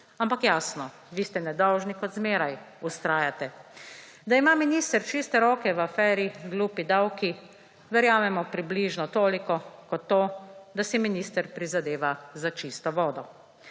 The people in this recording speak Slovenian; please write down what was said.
Ampak jasno, vi ste nedolžni, kot zmeraj vztrajate. Da ima minister čiste roke v aferi »glupi davki«, verjamemo približno toliko, kot to, da si minister prizadeva za čisto vodo.